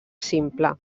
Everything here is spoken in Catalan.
simple